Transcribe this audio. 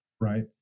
right